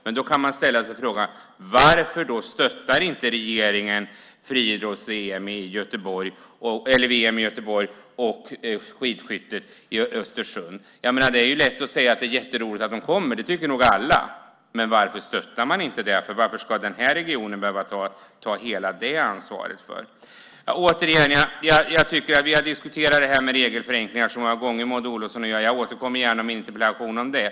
Men då kan man ställa frågan varför regeringen inte stöttat friidrotts-EM i Göteborg och skidskyttet i Östersund. Det är lätt att säga att det är jätteroligt med sådana evenemang; det tycker nog alla. Men varför stöttar man inte dem? Varför ska regionen i fråga behöva ta hela det ansvaret? Maud Olofsson och jag har så många gånger diskuterat frågan om regelförenklingar, men jag återkommer gärna med en interpellation om det.